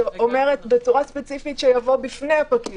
שאומרת בצורה ספציפית שיבוא בפני הפקיד לחתום בכתב ידו.